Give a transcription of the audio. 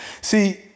see